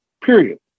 period